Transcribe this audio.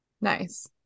Nice